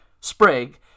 Sprague